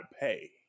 pay